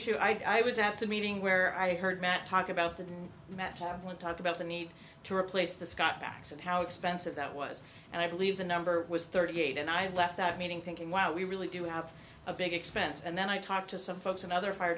issue i was at the meeting where i heard matt talk about the match up with talk about the need to replace the scott tax and how expensive that was and i believe the number was thirty eight and i left that meeting thinking wow we really do have a big expense and then i talked to some folks and other fire